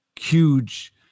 huge